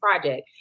project